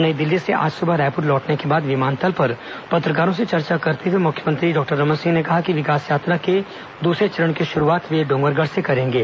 नई दिल्ली से आज सुबह रायपुर लौटने के बाद विमानतल पर पत्रकारों से चर्चा करते हुए मुख्यमंत्री डॉक्टर रमन सिंह ने कहा कि विकास यात्रा के दूसरे चरण की शुरूआत वे डोंगरगढ़ से करेंगे